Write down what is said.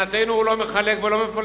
מבחינתנו הוא לא מחלק, והוא לא מפלג.